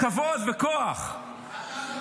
כבוד וכוח -- ואתה,